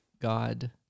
God